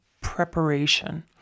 preparation